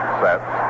sets